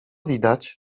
widać